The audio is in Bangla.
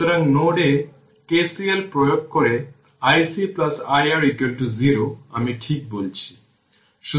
সুতরাং নোড এ KCL প্রয়োগ করে iC iR 0 আমি ঠিক বলেছি